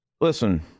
listen